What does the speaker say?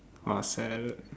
!wah! sadded